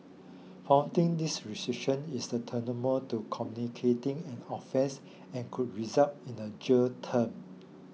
flouting these restriction is a tantamount to communicating an offence and could result in a jail term